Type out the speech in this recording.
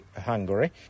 Hungary